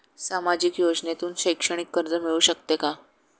सामाजिक योजनेतून शैक्षणिक कर्ज मिळू शकते का?